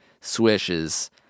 swishes